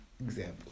example